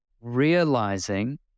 realizing